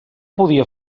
podia